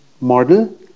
model